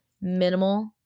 minimal